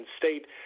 state